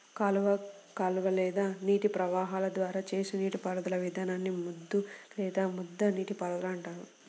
కాలువ కాలువ లేదా నీటి ప్రవాహాల ద్వారా చేసిన నీటిపారుదల విధానాన్ని ముద్దు లేదా ముద్ద నీటిపారుదల అంటారు